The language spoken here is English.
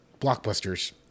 blockbusters